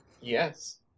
Yes